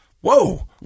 whoa